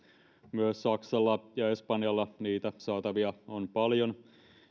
myös saksalla ja espanjalla niitä saatavia on paljon